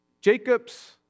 Jacobs